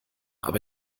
aber